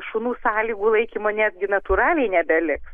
šunų sąlygų laikymo netgi natūraliai nebeliks